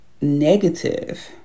negative